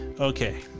okay